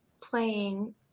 playing